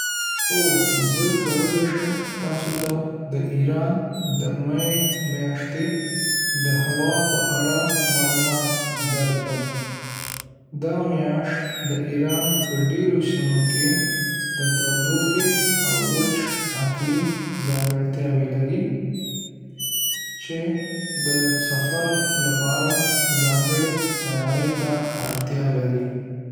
هو، زه کولی شم تاسو ته د ایران د می میاشتې د هوا په اړه معلومات درکړم. دا میاشت د ایران په ډېرو سیمو کې د تودوخې او وچ اقلیم ځانګړتیاوې لري، چې د سفر لپاره ځانګړې تیاري ته اړتیا لري.